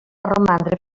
romandre